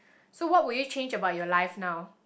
so what will you change about your life now